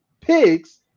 pigs